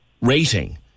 rating